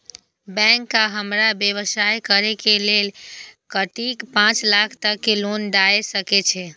Bank का हमरा व्यवसाय करें के लेल कतेक पाँच लाख तक के लोन दाय सके छे?